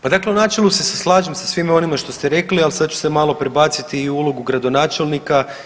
Pa dakle u načelu se slažem sa svim onim što ste rekli, ali sad ću se malo prebaciti i u ulogu Gradonačelnika.